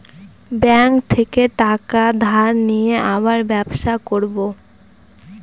bank থেকে টাকা ধার নিয়ে আবার ব্যবসা করবো